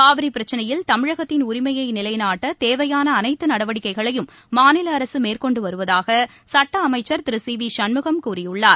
காவிரிப் பிரச்சினையில் தமிழகத்தின் உரிமையைநிலைநாட்டதேவையானஅனைத்துநடவடிக்கைகளையும் மாநிலஅரசுமேற்கொண்டுவருவதாகசுட்டஅமைச்சர் திருசிவிசண்முகம் கூறியுள்ளார்